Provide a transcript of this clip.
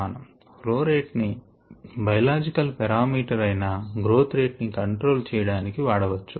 flow rate ని biological parameter అయిన growth rate ని కంట్రోల్ చేయడానికి వాడవచ్చు